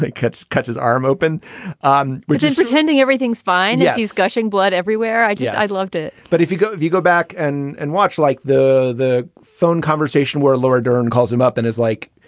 cuts cuts his arm open um we're just pretending everything's fine. yeah he's gushing blood everywhere. i did. i'd love to but if you go if you go back and and watch like the the phone conversation where laura dern calls him up and is like,